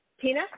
Tina